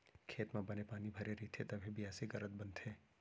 खेत म बने पानी भरे रइथे तभे बियासी करत बनथे